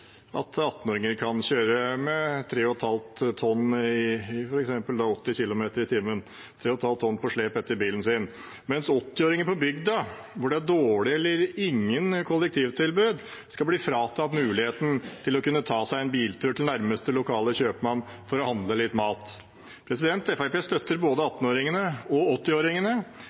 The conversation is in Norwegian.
at 18-åringer kan kjøre med 3,5 tonn på slep etter bilen sin i f.eks. 80 km/t, mens 80-åringer på bygda, hvor det er dårlige eller ingen kollektivtilbud, skal bli fratatt muligheten til å kunne ta seg en biltur til nærmeste lokale kjøpmann for å handle litt mat. Fremskrittspartiet støtter både 18-åringene og